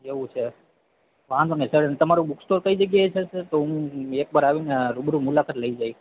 એવું છે વાંધો નથી સર અને તમારો બુક સ્ટોર કઈ જગ્યાએ છે સર તો હું એક વાર આવીને રૂબરૂ મુલાકાત લઈ જઈશ